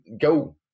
go